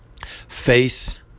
face